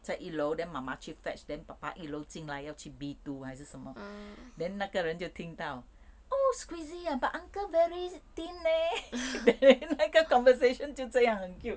在一楼 then 妈妈去 fetch then 爸爸一楼进来要去 B two 还是什么 then 那个人就听到 oh squeezy ah but uncle very thin leh then 那个 conversation 就这样很 cute